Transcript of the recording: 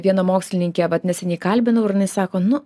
vieną mokslininkę vat neseniai kalbinau ir jinai sako nu